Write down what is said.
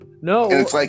No